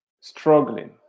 struggling